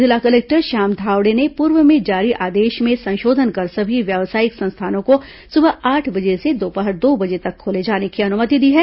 जिला कलेक्टर श्याम धावड़े ने पूर्व में जारी आदेश में संशोधन कर सभी व्यावसायिक संस्थानों को सुबह आठ बजे से दोपहर दो बजे तक खोले जाने की अनुमति दी है